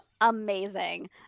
Amazing